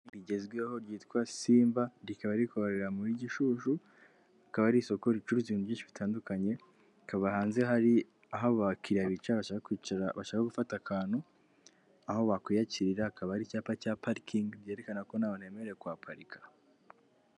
Rigezweho ryitwa Simba rikaba rikorera muri Gishushu, rikaba ari isoko ricuruzwa ibintu byinshi bitandukanye rikaba hanze hari aho abakiriya bicara bashaka kwicara bashaka gufata akantu, aho bakwiyakirira hakaba ari icyapa cya parikingi byerekana ko nta bantu bemerewe kuhaparika.